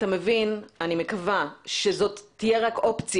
אני מקווה שאתה מבין שזו תהיה רק אופציה,